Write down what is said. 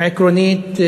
עקרונית,